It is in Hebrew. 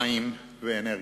מים ואנרגיה.